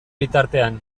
bitartean